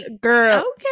girl